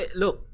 look